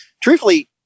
truthfully